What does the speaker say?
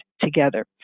together